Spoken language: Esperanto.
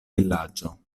vilaĝo